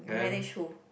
you manage who